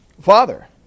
father